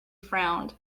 frowned